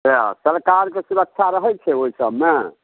सएह सरकारके सुरक्षा रहै छै ओइ सबमे